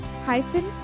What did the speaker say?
hyphen